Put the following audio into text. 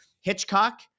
Hitchcock